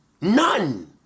None